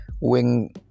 wing